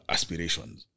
Aspirations